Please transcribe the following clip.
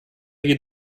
you